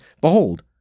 Behold